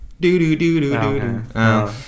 Do-do-do-do-do-do